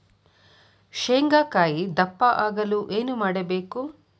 ಶೇಂಗಾಕಾಯಿ ದಪ್ಪ ಆಗಲು ಏನು ಮಾಡಬೇಕು?